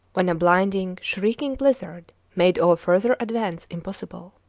when a blinding, shrieking blizzard made all further advance impossible.